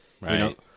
Right